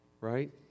right